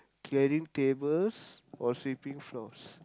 clearing tables or sweeping floors